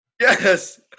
Yes